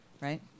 right